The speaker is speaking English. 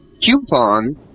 coupon